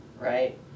right